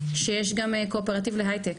שיש גם קואופרטיב להייטק,